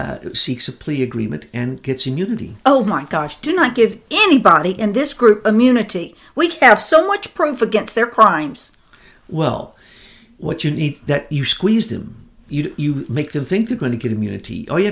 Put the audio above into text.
becomes seeks a plea agreement and gets immunity oh my gosh do not give anybody in this group immunity we have so much proof against their crimes well what you need that you squeeze them you you make them think you're going to get immunity or you